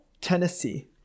Tennessee